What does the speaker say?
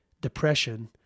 depression